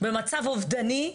במצב אובדני.